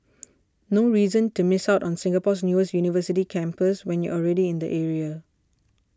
no reason to miss out on Singapore's newest university campus when you're already in the area